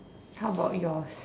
how about yours